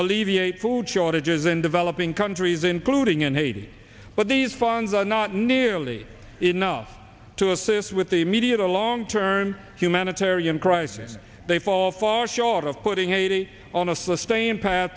alleviate food shortages in developing countries including in haiti but these funds are not nearly enough to assist with the media long term humanitarian crisis they fall far short of putting haiti on a sustained path